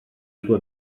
sua